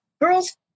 girls